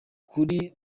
kuri